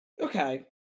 Okay